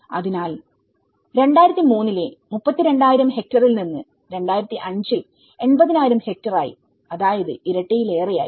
അതിനാൽ 2003 ലെ 32000 ഹെക്ടറിൽ നിന്ന് 2005 ൽ 80000 ഹെക്ടറായി അതായത് ഇരട്ടിയിലേറെയായി